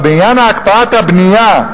אבל בעניין הקפאת הבנייה,